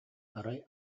арай